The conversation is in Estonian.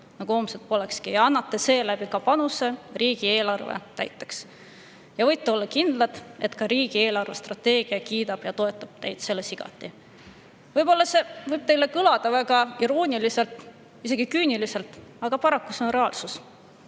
nagu homset polekski, annate seeläbi panuse riigieelarve täitmisse! Ja võite olla kindlad, et ka riigi eelarvestrateegia kiidab ja toetab teid selles igati! See võib kõlada väga irooniliselt, isegi küüniliselt, aga paraku see on reaalsus,